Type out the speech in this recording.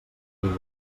riure